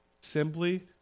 simply